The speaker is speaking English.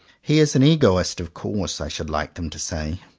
he is an egoist, of course, i should like them to say,